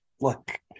Look